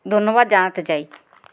ধন্যবাদ জানতে চাই